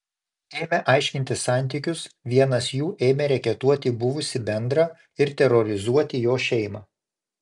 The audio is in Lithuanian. ėmę aiškintis santykius vienas jų ėmė reketuoti buvusį bendrą ir terorizuoti jo šeimą